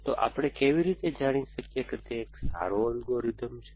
તો આપણે કેવી રીતે જાણી શકીએ કે તે એક સારો અલ્ગોરિધમ છે